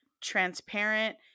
transparent